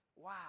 Wow